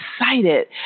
excited